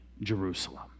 Jerusalem